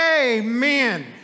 Amen